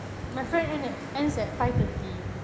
my friends end ends at five thirty